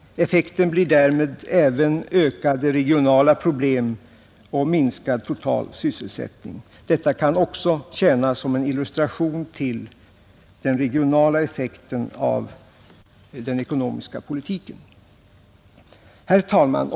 Effekten blir därmed även ökade regionala problem och minskad total sysselsättning. Detta kan också tjäna som en illustration till den regionala effekten av den ekonomiska politiken. Herr talman!